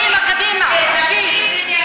קדימה, קדימה, תמשיך.